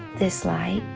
this light